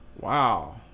Wow